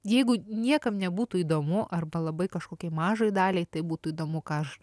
jeigu niekam nebūtų įdomu arba labai kažkokiai mažai daliai tai būtų įdomu ką aš